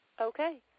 Okay